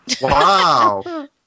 Wow